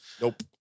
Nope